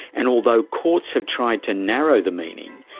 and although courts have tried to narrow the meaning,